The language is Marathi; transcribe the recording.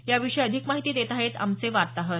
याविषयी अधिक माहिती देत आहेत आमचे वार्ताहर